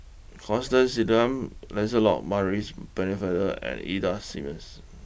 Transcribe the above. Constance Singam Lancelot Maurice Pennefather and Ida Simmons